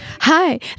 hi